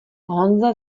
honza